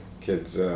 kids